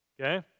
Okay